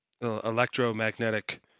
electromagnetic